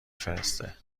فرسته